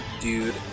dude